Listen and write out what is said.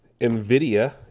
Nvidia